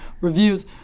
reviews